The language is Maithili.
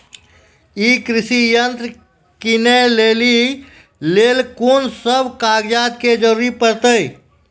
ई कृषि यंत्र किनै लेली लेल कून सब कागजात के जरूरी परतै?